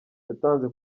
yatanze